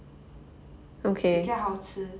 比较好吃